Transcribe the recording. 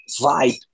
vibe